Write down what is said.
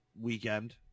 weekend